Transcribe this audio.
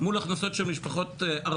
מול הכנסות של משפחות ערביות,